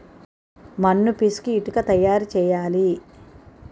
మన్ను పిసికి ఇటుక తయారు చేయాలి